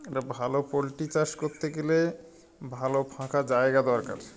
এটা ভালো পোলট্রি চাষ করতে গেলে ভালো ফাঁকা জায়গা দরকার